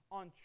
on